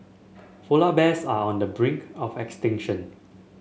polar bears are on the brink of extinction